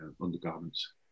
undergarments